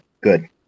good